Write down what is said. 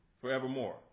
forevermore